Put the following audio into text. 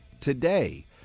today